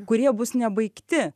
kurie bus nebaigti